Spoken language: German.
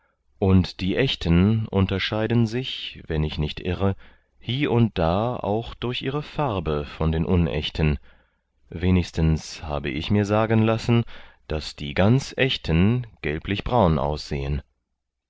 und die echten unterscheiden sich wenn ich nicht irre hie und da auch durch ihre farbe von den unechten wenigstens habe ich mir sagen lassen daß die ganz echten gelblichbraun aussehen